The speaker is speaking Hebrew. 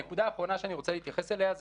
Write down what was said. הנקודה האחרונה שאני רוצה להתייחס אליה זה